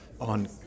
On